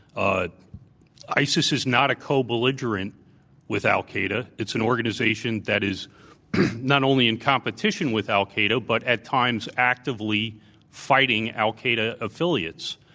ah isis is not a cobelligerent with al qaeda. it's an organization that is not only in competition with al qaeda, but at times actively fighting al qaeda affiliates.